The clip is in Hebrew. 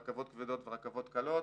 ברכבות כבדות ורכבות קלות.